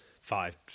five